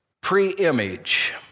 pre-image